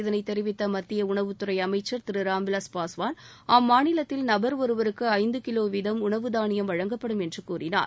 இதனை தெரிவித்த மத்திய உணவுத் துறை அமைச்சள் திரு ராமவிலாஸ் பாஸ்வான் அம்மாநிலத்தில் நபர் ஒருவருக்கு ஐந்து கிலோ வீதம் உணவு தாளியம் வழங்கப்படும் என்று கூறினார்